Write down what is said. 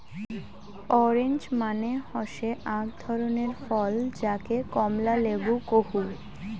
orange মানে হসে আক ধরণের ফল যাকে কমলা লেবু কহু